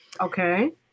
Okay